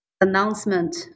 announcement